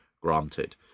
granted